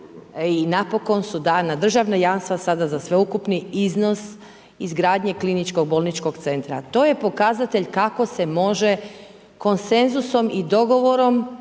i napokon su dana državna jamstva sada za sveukupni iznos izgradnje kliničkog bolničkog centra. To je pokazatelj kako se može konsenzusom i dogovorom,